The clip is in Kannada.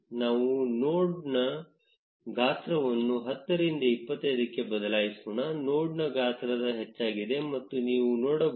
ನಾವು ನೋಡ್ನ ಗಾತ್ರವನ್ನು 10 ರಿಂದ 25 ಕ್ಕೆ ಬದಲಾಯಿಸೋಣ ನೋಡ್ನ ಗಾತ್ರ ಹೆಚ್ಚಾಗಿದೆ ಎಂದು ನೀವು ನೋಡಬಹುದು